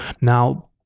Now